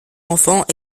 enfants